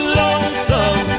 lonesome